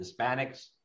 Hispanics